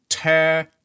Tear